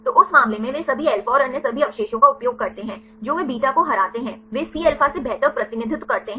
तो उस मामले में वे सभी अल्फा और अन्य सभी अवशेषों का उपयोग करते हैं जो वे बीटा को हराते हैं वे Cα से बेहतर प्रतिनिधित्व करते हैं